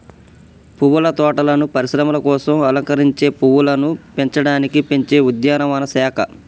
పువ్వుల తోటలను పరిశ్రమల కోసం అలంకరించే పువ్వులను పెంచడానికి పెంచే ఉద్యానవన శాఖ